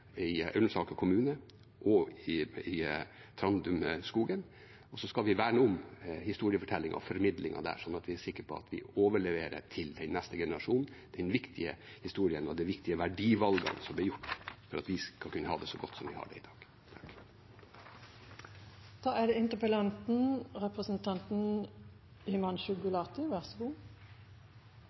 i Ullensaker kommune og i Trandumskogen, og vi skal verne om historiefortellingen og formidlingen der, sånn at vi er sikre på at vi overleverer til den neste generasjonen den viktige historien og de viktige verdivalgene som ble gjort for at vi skal kunne ha det så godt som vi har det i dag.